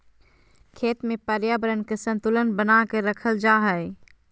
खेत में पर्यावरण के संतुलन बना के रखल जा हइ